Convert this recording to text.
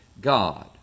God